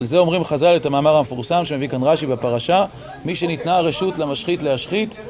על זה אומרים חז"ל את המאמר המפורסם שמביא כאן רשי בפרשה מי שניתנה רשות למשחית להשחית